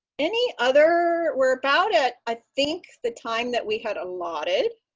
any other we're about at, i think, the time that we had allotted,